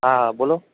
હાં હા બોલો